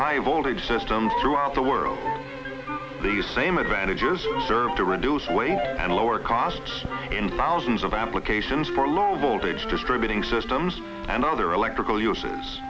high voltage systems throughout the world the same advantages serve to reduce weight and lower costs in thousands of applications for low voltage distributing systems and other electrical u